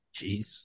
Jeez